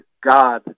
God